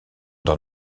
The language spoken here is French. dans